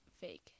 fake